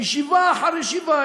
ישיבה אחר ישיבה,